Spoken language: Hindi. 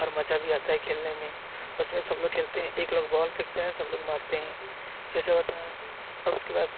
और मजा भी आता है खेलने में उसमें सब लोग खेलते हैं एक लोग बॉल फेंकता है सब लोग मारते हैं ते सब होता है अब उसके बाद